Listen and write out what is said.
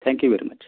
thank you very much